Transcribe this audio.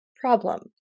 problem